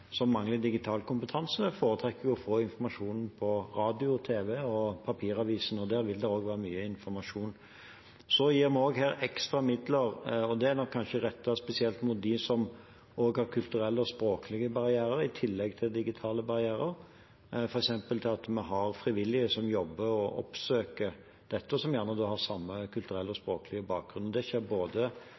mangler digital kompetanse, foretrekker å få informasjonen på radio, tv og i papiraviser, og der vil det også være mye informasjon. Så gir vi også her ekstra midler, og det er nok kanskje rettet spesielt mot dem som har kulturelle og språklige barrierer i tillegg til digitale barrierer, f.eks. har vi frivillige som jobber og oppsøker nettopp dem som har samme kulturelle og språklige bakgrunn. Det skjer